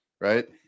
Right